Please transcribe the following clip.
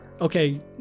okay